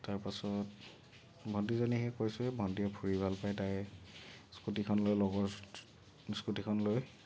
তাৰ পাছত ভণ্টীজনী সেই কৈছোৱেই ভণ্টী ফুৰি ভাল পায় তাই স্কুটীখন লৈ লগৰ স্কুটীখন লৈ